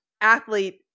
athlete